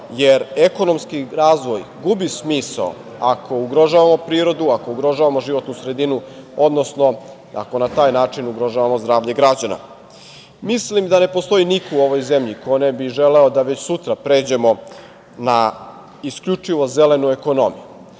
jer ekonomski razvoj gubi smisao ako ugrožavamo prirodu, ako ugrožavamo životnu sredinu, odnosno ako na taj način ugrožavamo zdravlje građana. Mislim da ne postoji niko u ovoj zemlji ko ne bi želeo da već sutra pređemo na isključivo zelenu ekonomiju.